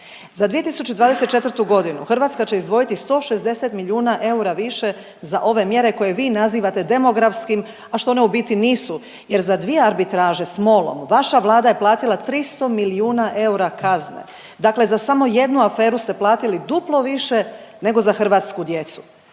Za 2024.g. Hrvatska će izdvojiti 160 milijuna eura više za ove mjere koje vi nazivate demografskim, a što one u biti nisu jer za dvije arbitraže s MOL-om vaša vlada je platila 300 milijuna eura kazne, dakle za samo jednu aferu ste platili duplo više nego za hrvatsku djecu.